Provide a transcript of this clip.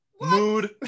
mood